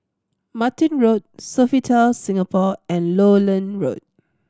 Martin Road Sofitel Singapore and Lowland Road